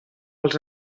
els